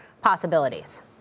possibilities